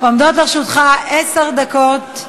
עומדות לרשותך עשר דקות.